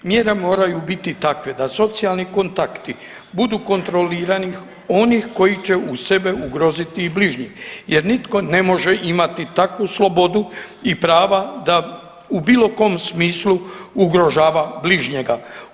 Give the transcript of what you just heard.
Mjere moraju biti takve da socijalni kontakti budu kontrolirani onih koji će uz sebe ugroziti i bližnje, jer nitko ne može imati takvu slobodu i prava da u bilo kom smislu ugrožava bližnjega.